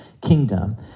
kingdom